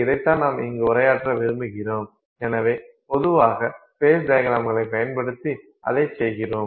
எனவே இதைதான் நாம் இங்க உரையாற்ற விரும்புகிறோம் எனவே பொதுவாக ஃபேஸ் டையக்ரம்களைப் பயன்படுத்தி அதைச் செய்கிறோம்